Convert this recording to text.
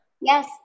Yes